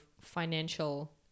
financial